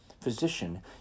Physician